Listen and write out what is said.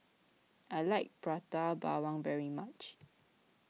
I like Prata Bawang very much